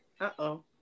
Uh-oh